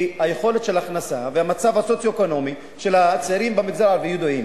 כי יכולת ההכנסה והמצב הסוציו-אקונומי של הצעירים במגזר הערבי ידועים.